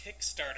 Kickstarter